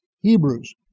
Hebrews